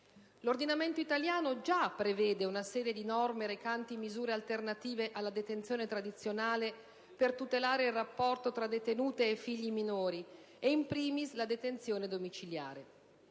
L'ordinamento italiano già prevede una serie di norme recanti misure alternative alla detenzione tradizionale per tutelare il rapporto tra detenute e figli minori e, *in primis*, la detenzione domiciliare.